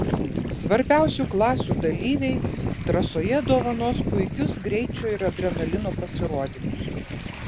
svarbiausių klasių dalyviai trasoje dovanos puikius greičio ir adrenalino pasirodymus